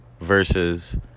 versus